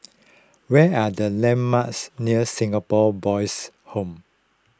what are the landmarks near Singapore Boys' Home